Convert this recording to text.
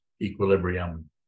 equilibrium